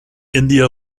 india